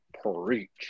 Preach